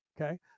Okay